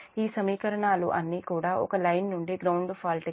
ఈ సమీకరణాలు అన్నీ కూడా ఒక లైన్ నుండి గ్రౌండ్ ఫాల్ట్ కి